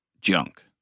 junk